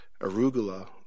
arugula